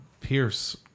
Pierce